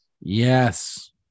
Yes